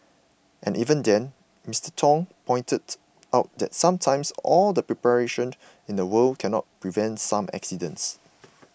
and even then Mister Tong pointed out that sometimes all the preparation in the world cannot prevent some accidents